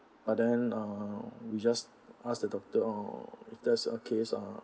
but then uh we just ask the doctor or if that's the case uh